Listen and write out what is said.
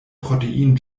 protein